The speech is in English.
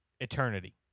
eternity